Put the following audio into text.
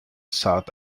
south